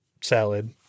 salad